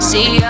See